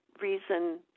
reason